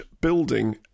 building